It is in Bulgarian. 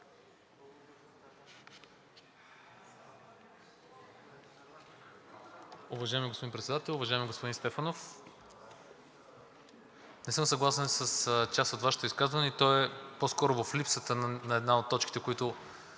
Уважаеми господин Председател! Уважаеми господин Стефанов, не съм съгласен с част от Вашето изказване и то е по-скоро в липсата на една от точките, които